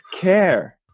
care